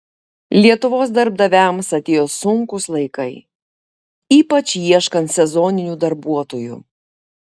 lietuvos darbdaviams atėjo sunkūs laikai ypač ieškant sezoninių darbuotojų